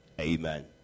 Amen